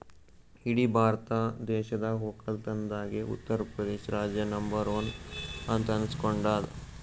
ಇಡೀ ಭಾರತ ದೇಶದಾಗ್ ವಕ್ಕಲತನ್ದಾಗೆ ಉತ್ತರ್ ಪ್ರದೇಶ್ ರಾಜ್ಯ ನಂಬರ್ ಒನ್ ಅಂತ್ ಅನಸ್ಕೊಂಡಾದ್